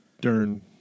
Dern